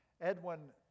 Edwin